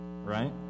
right